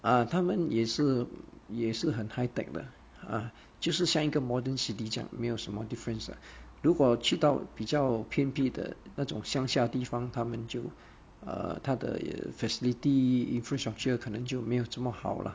ah 他们也是也是很 high tech 的 uh 就是像一个 a modern city 这样没有什么 difference lah 如果去到比较偏僻的那种乡下地方他们就 uh 他的 facility infrastructure 可能就没有这么好 lah